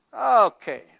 Okay